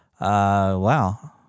Wow